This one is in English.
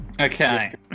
Okay